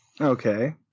Okay